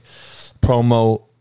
promo